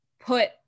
put